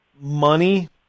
money